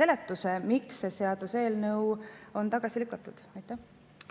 seletuse, miks see seaduseelnõu on tagasi lükatud. Aitäh!